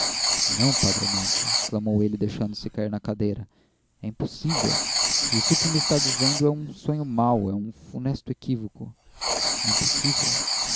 moço não padre mestre exclamou ele deixando-se cair na cadeira é impossível isto que me está dizendo é um sonho mau é um funesto equívoco é impossível